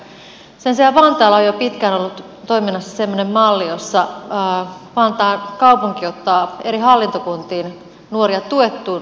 sen sijaan vantaalla on jo pitkään ollut toiminnassa semmoinen malli jossa vantaan kaupunki ottaa eri hallintokuntiin nuoria tuettuun oppisopimukseen